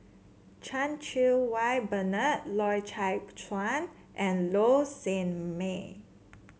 Chan Cheng Wah Bernard Loy Chye Chuan and Low Sanmay